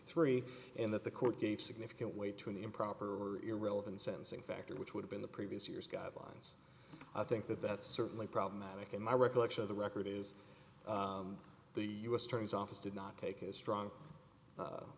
three and that the court gave significant way to an improper or irrelevant sentencing factor which would have been the previous year's guidelines i think that that's certainly problematic and my recollection of the record is the u s attorney's office did not take a strong